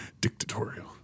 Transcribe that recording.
Dictatorial